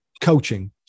coaching